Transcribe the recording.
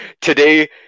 Today